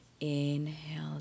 Inhale